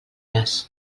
les